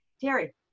Terry